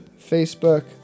Facebook